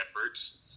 efforts